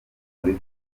muri